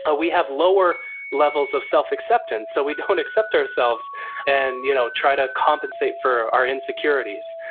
ah we have lower levels of self-acceptance, so we don't accept ourselves and you know try to compensate for our insecurities.